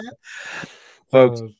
folks